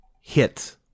hit